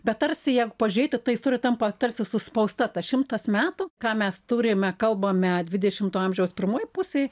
bet tarsi jeigu pažėti tai jis turi tampa tarsi suspausta tas šimtas metų ką mes turime kalbame dvidešimto amžiaus pirmoj pusėj